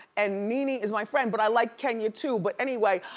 and nene is my friend, but i like kenya too. but anyway,